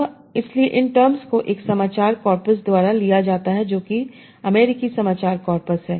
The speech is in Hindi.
अब इसलिए इन टर्म्स को एक समाचार कॉर्पस द्वारा लिया जाता है जो कि अमेरिकी समाचार कॉर्पस है